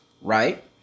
Right